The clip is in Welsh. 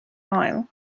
moel